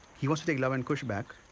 he wants to take luv and kush back,